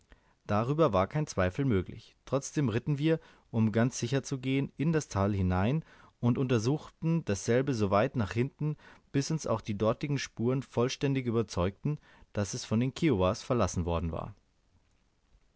darüber war kein zweifel möglich trotzdem ritten wir um ganz sicher zu gehen in das tal hinein und untersuchten dasselbe so weit nach hinten bis uns auch die dortigen spuren vollständig überzeugten daß es von den kiowas verlassen worden war